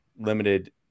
limited